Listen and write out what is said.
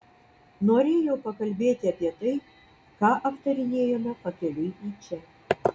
norėjau pakalbėti apie tai ką aptarinėjome pakeliui į čia